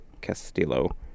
Castillo